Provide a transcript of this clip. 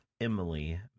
Emily